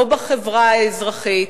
לא בחברה האזרחית,